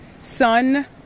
son